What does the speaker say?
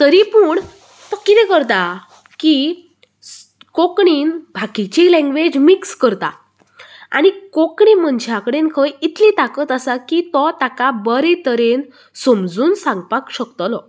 तरी पूण तो कितें करता की कोंकणींत बाकिची लँग्वेज मिक्स करता आनी कोंकणी मनशा कडेन खंय इतली तांकत आसा की तो ताका बरें तरेन समजून सांगपाक शकतलो